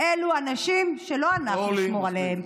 אלו אנשים שלא אנחנו נשמור עליהם,